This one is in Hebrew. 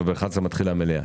וב-11:00 מתחילה המליאה.